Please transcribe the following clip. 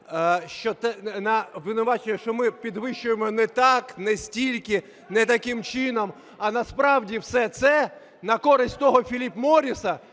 що ми підвищуємо не так, не стільки, не таким чином, а насправді все це на користь того Філіп Морріса,